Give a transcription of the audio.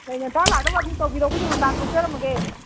ꯍꯌꯦꯡ ꯉꯟꯇꯥ ꯂꯥꯛꯅꯕ ꯑꯗꯨꯝ ꯇꯧꯕꯤꯔꯣ ꯑꯩꯈꯣꯏꯁꯨ ꯉꯟꯇꯥ ꯊꯣꯛꯆꯔꯝꯃꯒꯦ